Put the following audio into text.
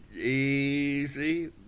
easy